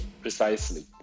Precisely